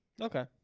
Okay